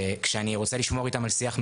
וכשאני רוצה לשמור איתם על שיח מכבד,